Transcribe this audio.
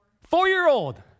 Four-year-old